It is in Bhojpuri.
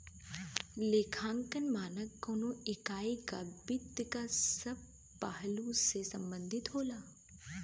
लेखांकन मानक कउनो इकाई क वित्त क सब पहलु से संबंधित होला